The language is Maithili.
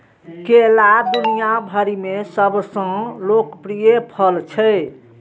केला दुनिया भरि मे सबसं लोकप्रिय फल छियै